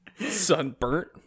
Sunburnt